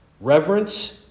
reverence